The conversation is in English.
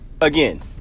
again